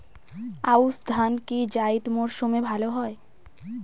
আউশ ধান কি জায়িদ মরসুমে ভালো হয়?